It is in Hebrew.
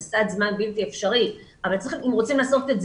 זה סד זמן בלתי אפשרי אבל אם רוצים לעשות את זה